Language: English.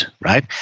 right